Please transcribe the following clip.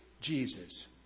Jesus